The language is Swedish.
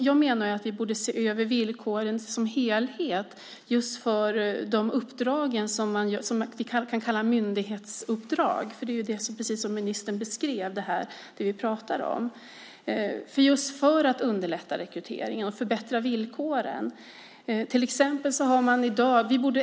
Jag menar att vi borde se över villkoren som helhet för de uppdrag som vi kan kalla myndighetsuppdrag för att underlätta rekryteringen och förbättra villkoren.